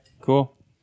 Cool